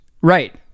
Right